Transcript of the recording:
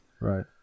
Right